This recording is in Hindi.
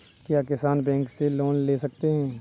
क्या किसान बैंक से लोन ले सकते हैं?